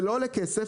זה לא עולה כסף.